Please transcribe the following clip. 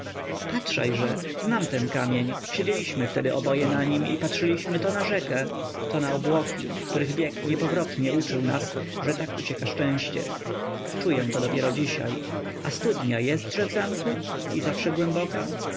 kamieniu patrzajże znam ten kamień siedzieliśmy wtedy oboje na nim i patrzyliśmy to na rzekę to na obłoki których bieg niepowrotny uczył nas że tak ucieka szczęście czuję to dopiero dzisiaj a studnia jestże w zamku i zawsze głęboka